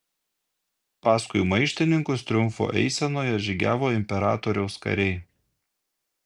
paskui maištininkus triumfo eisenoje žygiavo imperatoriaus kariai